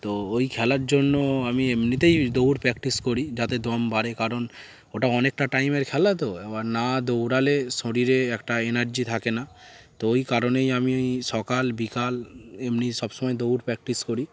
তো ওই খেলার জন্য আমি এমনিতেই দৌড় প্র্যাকটিস করি যাতে দম বাড়ে কারণ ওটা অনেকটা টাইমের খেলা তো আবার না দৌড়ালে শরীরে একটা এনার্জি থাকে না তো ওই কারণেই আমি সকাল বিকাল এমনি সবসময় দৌড় প্র্যাকটিস করি